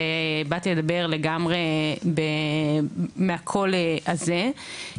ובאתי לדבר לגמרי מהקול הזה.